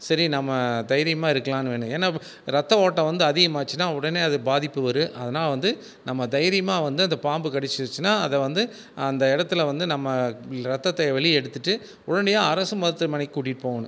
சரி நம்ம தைரியமாக இருக்கலான்னு வேணும் ஏன்னா ரத்தம் ஓட்டம் வந்து அதிகமாக ஆச்சுனா உடனே அது பாதிப்பு வரும் அதனால் வந்து நம்ம தைரியமாக வந்து அந்த பாம்பு கடிச்சிச்சுனா அதை வந்து அந்த இடத்துல வந்து நம்ம ரத்தத்தை வெளியே எடுத்துகிட்டு உடனடியாக அரசு மருத்துமனைக் கூட்டிகிட்டு போகணும்